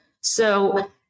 So-